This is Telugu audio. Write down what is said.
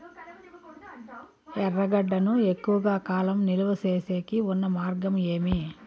ఎర్రగడ్డ ను ఎక్కువగా కాలం నిలువ సేసేకి ఉన్న మార్గం ఏమి?